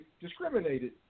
discriminated